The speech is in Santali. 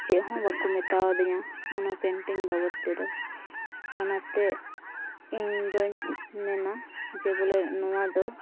ᱪᱮᱫ ᱦᱚᱸ ᱵᱟᱠᱚ ᱢᱮᱛᱟᱣ ᱟᱫᱤᱧᱟ ᱚᱱᱟ ᱵᱟᱵᱚᱫ ᱛᱮᱫᱚ ᱚᱱᱟᱛᱮ ᱤᱧᱫᱚᱧ ᱢᱮᱱᱟ ᱡᱮ ᱵᱚᱞᱮ ᱱᱚᱣᱟ ᱫᱚ